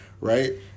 right